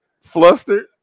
flustered